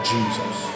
Jesus